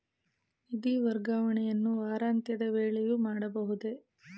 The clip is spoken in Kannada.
ನಿಧಿ ವರ್ಗಾವಣೆಯನ್ನು ವಾರಾಂತ್ಯದ ವೇಳೆಯೂ ಮಾಡಬಹುದೇ?